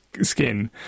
skin